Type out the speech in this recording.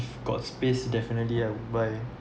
if got space definitely I would buy